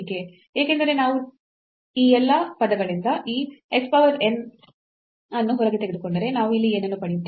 ಏಕೆಂದರೆ ನಾವು ಈ ಎಲ್ಲಾ ಪದಗಳಿಂದ ಈ x power n ಅನ್ನು ಹೊರಗೆ ತೆಗೆದುಕೊಂಡರೆ ನಾವು ಇಲ್ಲಿ ಏನನ್ನು ಪಡೆಯುತ್ತೇವೆ